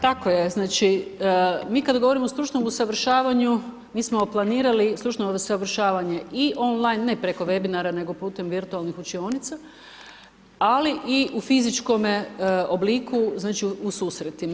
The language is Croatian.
Tako je, znači, mi kad govorimo o stručnom usavršavanju, mi smo planirali stručno usavršavanje i on line, ne preko webinara nego putem virtualnih učionica ali i u fizičkom obliku, znači u susretima.